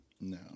No